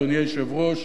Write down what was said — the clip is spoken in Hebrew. אדוני היושב-ראש,